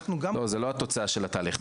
לא, זאת לא התוצאה של התהליך.